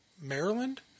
Maryland